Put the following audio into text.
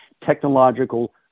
technological